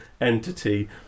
entity